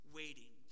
waiting